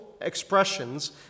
expressions